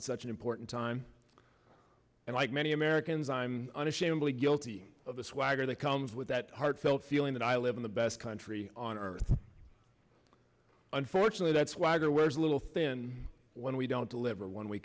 in such an important time and like many americans i'm unashamedly guilty of a swagger that comes with that heartfelt feeling that i live in the best country on earth unfortunately that's why there was a little thin when we don't deliver when we